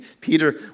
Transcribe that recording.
Peter